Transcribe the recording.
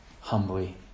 humbly